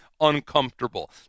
uncomfortable